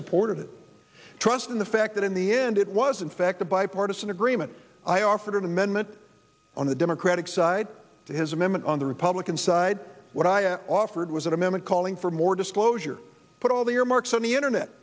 supported trust in the fact that in the end it was in fact a bipartisan agreement i offered an amendment on the democratic side to his amendment on the republican side what i offered was an amendment calling for more disclosure put all the earmarks on the internet